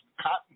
cotton